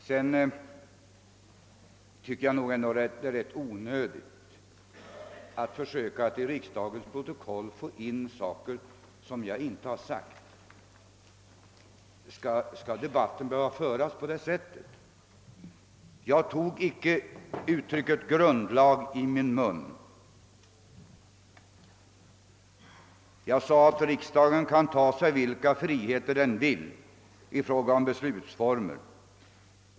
Jag tycker också det är rätt onödigt att försöka lägga ord i min mun som jag aldrig anfört till riksdagens protokoll. Skall debatten behöva föras på det sättet? Jag tog icke uttrycket »grundlag» i min mun; jag sade att riksdagen kan ta sig vilka friheter den vill i fråga om beslutsformer.